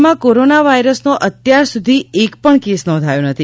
રાજ્યમાં કોરોના વાયરસનો અત્યારસુધી એક પણ કેસ નોંધાયો નથી